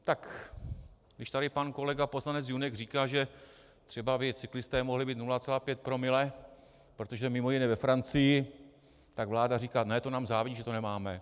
Tak když tady pan kolega poslanec Junek říká, že třeba by cyklisté mohli mít 0,5 promile, protože mimo jiné ve Francii, tak vláda říká ne, to nám závidí, že to nemáme.